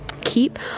keep